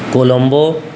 Colombo